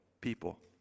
people